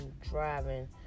driving